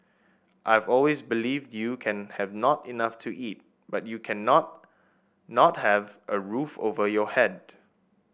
I've always believed you can have not enough to eat but you cannot not have a roof over your head